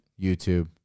YouTube